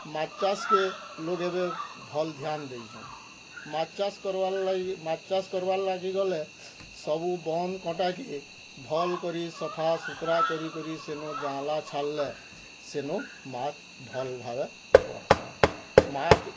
ମାଛ୍ ଚାଷ କେ ଲୋକ୍ ଏବେ ଭଲ୍ ଧ୍ୟାନ ଦେଇଛଁ ମାଛ୍ ଚାଷ କରିବାର୍ ଲାଗି ମାଛ୍ ଚାଷ କରିବାର୍ ଲାଗି ଗଲେ ସବୁ ବନ୍ଦ କଣ୍ଟା କେ ଭଲ୍ କରି ସଫା ସୁତ୍ରା କରି କରି ସେନୁ ଯାଆଁଲା ଛାଡ଼ଲେ ସେନୁ ମାଛ୍ ଭଲ୍ ଭାବେ ବଢ଼ସନ୍ ମାଛ୍